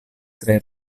tre